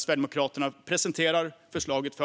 Sverigedemokraterna presenterar för